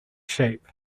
shape